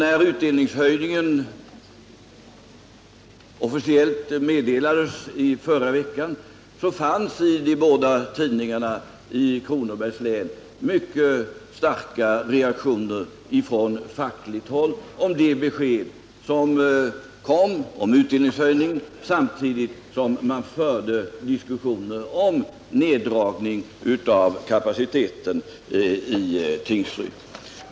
När utdelningshöjningen officiellt meddelades i förra veckan, redovisades i de båda tidningarna i Kronobergs län mycket starka reaktioner från fackligt håll mot att utdelningen höjdes samtidigt som man förde diskussioner om neddragning av kapaciteten i Tingsryd.